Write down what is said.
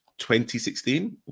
2016